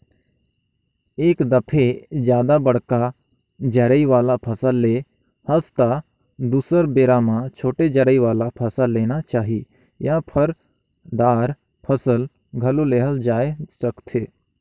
एक दफे जादा बड़का जरई वाला फसल ले हस त दुसर बेरा म छोटे जरई वाला फसल लेना चाही या फर, दार फसल घलो लेहल जाए सकथे